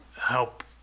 help